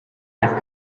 i’ve